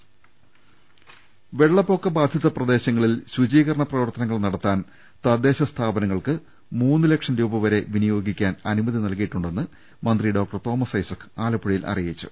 രംഭട്ട്ട്ട്ട്ട്ട്ട്ട്ട വെള്ളപ്പൊക്ക ബാധിത പ്രദേശങ്ങളിൽ ശുചീകരണ പ്രവർത്തനങ്ങൾ നടത്താൻ തദ്ദേശ സ്ഥാപനങ്ങൾക്ക് മൂന്നുലക്ഷം രൂപവരെ വിനിയോഗിക്കാൻ അനുമതി നൽകിയിട്ടുണ്ടെന്ന് മന്ത്രി ഡോക്ടർ തോമസ് ഐസക് ആലപ്പുഴ യിൽ അറിയിച്ചു